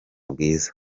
bwiza